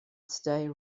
stay